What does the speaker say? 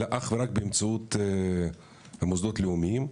אלא אך ורק באמצעות המוסדות הלאומיים,